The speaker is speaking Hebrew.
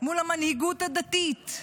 מול המנהיגות הדתית,